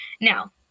Now